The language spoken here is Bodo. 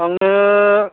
आङो